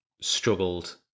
struggled